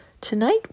Tonight